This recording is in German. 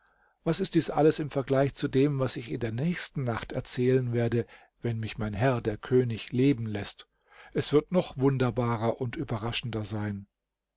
was ist dies alles im vergleich zu dem was ich in der nächsten nacht erzählen werde wenn mich mein herr der könig leben läßt es wird noch wunderbarer und überraschender sein